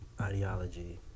ideology